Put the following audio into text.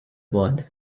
blood